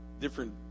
different